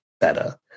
better